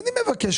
אני מבקש,